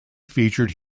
featured